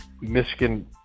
Michigan